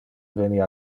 veni